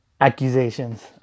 accusations